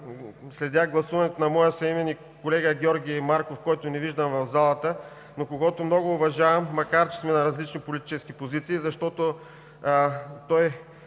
следя гласуването на моя съименник и колега Георги Марков, когото не виждам в залата, но когото много уважавам, макар че сме на различни политически позиции, защото той